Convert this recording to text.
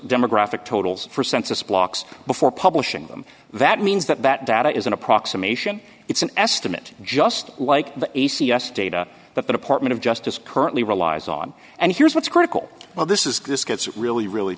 demographic totals for census blocks before publishing them that means that that data is an approximation it's an estimate just like the a c s data that the department of justice currently relies on and here's what's critical well this is this gets really really